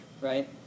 right